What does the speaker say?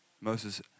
moses